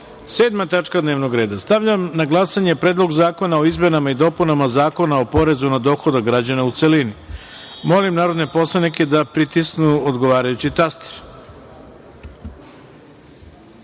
lica. Sedma tačka dnevnog reda. Stavljam na glasanje Predlog zakona o izmenama i dopunama Zakona o porezu na dohodak građana, u celini. Molim narodne poslanike da pritisnu odgovarajući